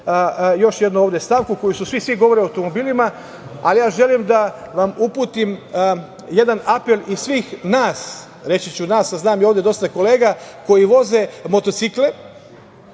još jednu stavku, svi govore o automobilima, ali ja želim da vam uputim jedan apel i svih nas, reći ću nas, a znam dosta kolega koji voze motorcikle